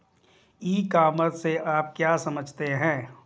ई commerce से आप क्या समझते हैं?